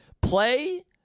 Play—